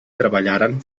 treballaren